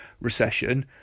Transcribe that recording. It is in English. recession